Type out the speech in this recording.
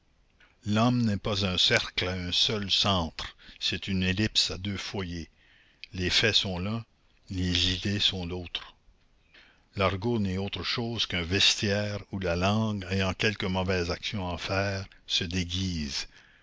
l'homme n'est pas un cercle à un seul centre c'est une ellipse à deux foyers les faits sont l'un les idées sont l'autre l'argot n'est autre chose qu'un vestiaire où la langue ayant quelque mauvaise action à faire se déguise